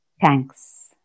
thanks